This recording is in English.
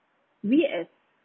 we as